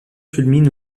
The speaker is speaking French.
culmine